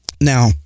Now